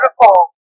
beautiful